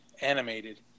animated